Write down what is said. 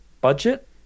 budget